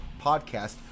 podcast